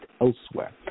elsewhere